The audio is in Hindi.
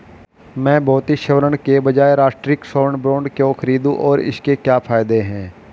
मैं भौतिक स्वर्ण के बजाय राष्ट्रिक स्वर्ण बॉन्ड क्यों खरीदूं और इसके क्या फायदे हैं?